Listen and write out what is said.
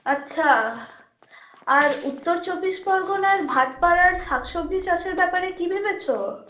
আচ্ছা আর উত্তর চব্বিশ পরগনার ভাটপাড়ার শাকসবজি চাষের ব্যাপারে কি ভেবেছো